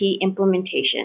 Implementation